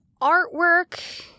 artwork